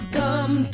come